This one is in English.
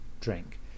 drink